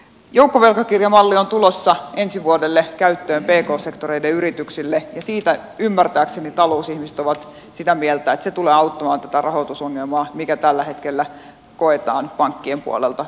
joukkovelkakirjamalli on tulossa ensi vuodelle käyttöön pk sektoreiden yrityksille ja siitä ymmärtääkseni talousihmiset ovat sitä mieltä että se tulee auttamaan tätä rahoitusongelmaa mikä tällä hetkellä koetaan pankkien puolelta pienille yrityksille